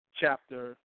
chapter